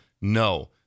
No